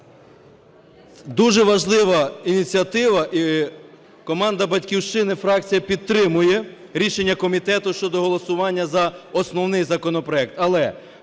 Дуже важлива ініціатива. Команда "Батьківщина", фракція, підтримує рішення комітету щодо голосування за основний законопроект.